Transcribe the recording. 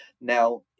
Now